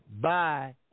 Bye